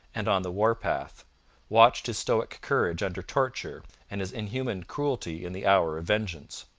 and on the war-path watched his stoic courage under torture and his inhuman cruelty in the hour of vengeance.